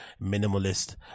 minimalist